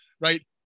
right